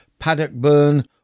Paddockburn